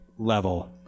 level